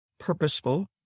purposeful